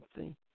see